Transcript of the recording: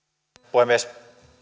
puhemies